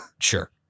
sure